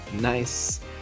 Nice